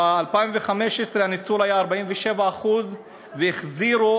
ב-2015 הניצול היה 47% והחזירו,